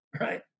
right